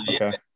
Okay